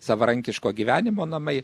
savarankiško gyvenimo namai